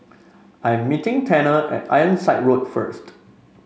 I'm meeting Tanner at Ironside Road first